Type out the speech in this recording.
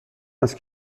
است